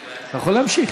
אתה יכול להמשיך.